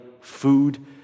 food